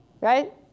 right